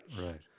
Right